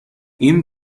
این